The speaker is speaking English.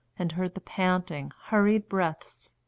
and heard the panting, hurried breaths,